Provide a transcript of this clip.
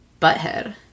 butthead